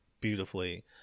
beautifully